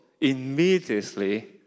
immediately